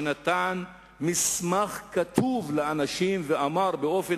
שנתן לאנשים מסמך כתוב ואמר באופן